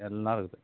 எல்லாம் இருக்குது